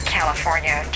California